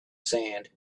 sand